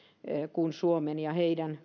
suomeen verrattuna ja heidän